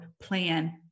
plan